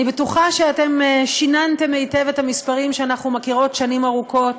אני בטוחה ששיננתם היטב את המספרים שאנחנו מכירות שנים ארוכות,